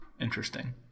Interesting